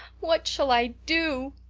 what shall i do?